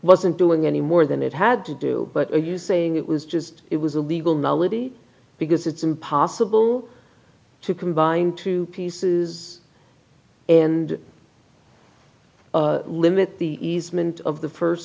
wasn't doing any more than it had to do but are you saying it was just it was a legal melody because it's impossible to combine two pieces and limit the easement of the first